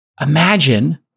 imagine